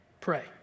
pray